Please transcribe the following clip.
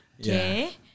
Okay